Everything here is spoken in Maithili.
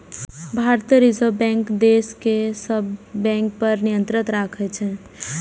भारतीय रिजर्व बैंक देश के सब बैंक पर नियंत्रण राखै छै